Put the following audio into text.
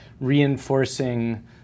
reinforcing